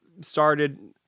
Started